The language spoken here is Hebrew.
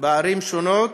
בערים שונות